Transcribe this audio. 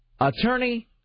Attorney